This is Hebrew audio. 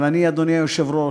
אבל אני, אדוני היושב-ראש,